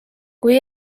kui